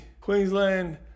queensland